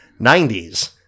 90s